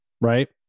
right